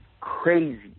crazy